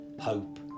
hope